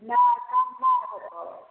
नहि कम नहि होतो